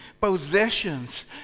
possessions